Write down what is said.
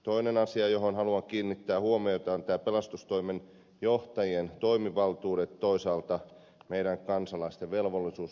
toinen asia johon haluan kiinnittää huomiota on pelastustoimen johtajien toimivaltuudet ja toisaalta meidän kansalaisten velvollisuus osallistua pelastustoimintaan